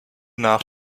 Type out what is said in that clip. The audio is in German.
nach